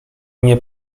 nie